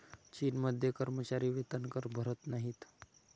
चीनमध्ये कर्मचारी वेतनकर भरत नाहीत